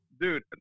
dude